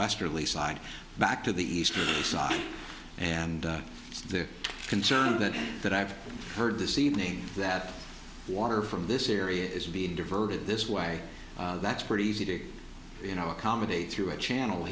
side back to the eastern side and they're concerned that that i've heard this evening that water from this area is being diverted this way that's pretty easy to you know accommodate through a channel